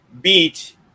beat